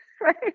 Right